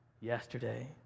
yesterday